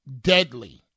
deadly